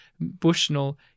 bushnell